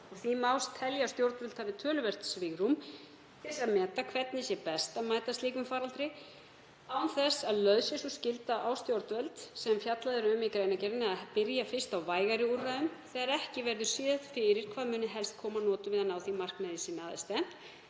því telja að stjórnvöld hafi töluvert svigrúm til að meta hvernig sé best að mæta slíkum faraldri án þess að lögð sé sú skylda á stjórnvöld, sem fjallað er um í greinargerðinni, að byrja fyrst á vægari úrræðum þegar ekki verður séð fyrir hvað muni helst koma að notum við að ná því markmiði sem að er